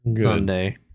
Sunday